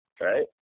right